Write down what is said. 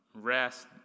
Rest